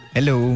Hello